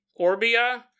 Orbia